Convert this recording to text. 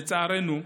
לצערנו,